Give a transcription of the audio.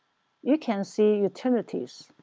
you can see utilities,